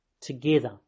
together